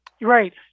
right